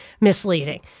misleading